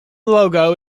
logo